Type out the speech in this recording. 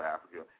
Africa